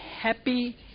happy